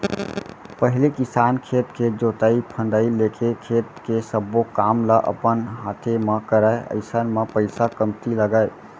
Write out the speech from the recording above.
पहिली किसान खेत के जोतई फंदई लेके खेत के सब्बो काम ल अपन हाते म करय अइसन म पइसा कमती लगय